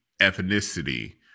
ethnicity